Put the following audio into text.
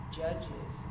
judges